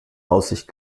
aussicht